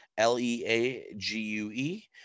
L-E-A-G-U-E